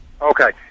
Okay